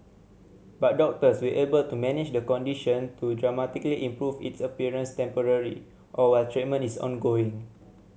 but doctors will able to manage the condition to dramatically improve its appearance temporary or while treatment is ongoing